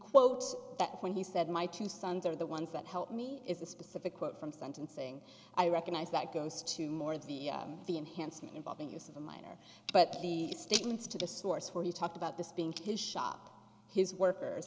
quote that when he said my two sons are the ones that help me is the specific quote from sentencing i recognize that goes to more of the the enhancement involving use of a minor but the statements to the source where he talked about this being his shop his workers